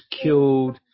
killed